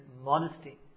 modesty